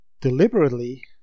deliberately